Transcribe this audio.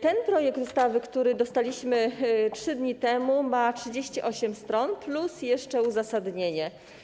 Ten projekt ustawy, który dostaliśmy 3 dni temu, ma 38 stron plus jeszcze uzasadnienie.